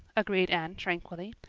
agreed anne tranquilly.